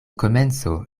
komenco